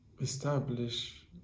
establish